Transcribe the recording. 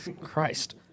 Christ